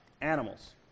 animals